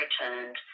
returned